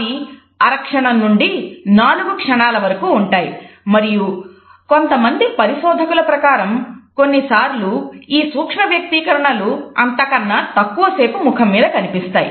అవి అరక్షణం నుండి నాలుగు క్షణాల వరకూ ఉంటాయి మరియు కొంతమంది పరిశోధకుల ప్రకారం కొన్నిసార్లు ఈ సూక్ష వ్యక్తీకరణలు అంతకన్నా తక్కువసేపు ముఖం మీద కనిపిస్తాయి